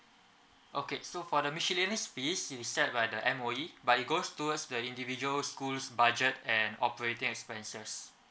okay so for the miscellaneous fees it is set by the M_O_E but it goes towards the individual schools budget and operating expenses